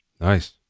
nice